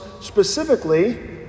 specifically